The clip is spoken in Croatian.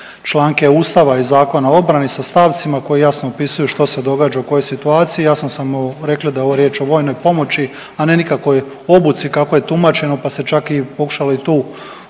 članke Ustava i Zakona o obrani sa stavcima koji jasno opisuju što se događa u kojoj situaciji i jasno smo rekli da je ovo riječ o vojnoj pomoći, a ne nikakvoj obuci kako je tumačeno pa se čak pokušalo i tu